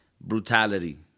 brutality